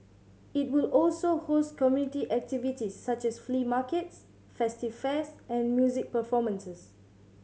it will also host community activities such as flea markets festive fairs and music performances